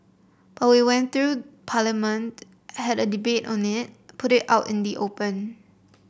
but we went through Parliament had a debate on it put it out in the open